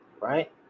right